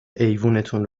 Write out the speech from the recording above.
ایوونتون